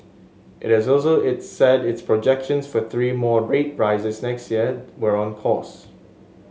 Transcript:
it is also it said its projections for three more a grade rises next year were on course